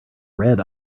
red